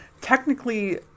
Technically